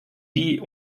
die